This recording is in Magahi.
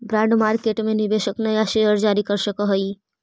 बॉन्ड मार्केट में निवेशक नया शेयर जारी कर सकऽ हई